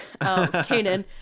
Kanan